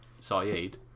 Saeed